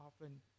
often